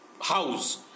house